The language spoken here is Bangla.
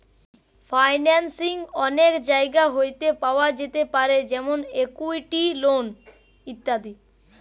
ফাইন্যান্সিং অনেক জায়গা হইতে পাওয়া যেতে পারে যেমন ইকুইটি, লোন ইত্যাদি